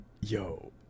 yo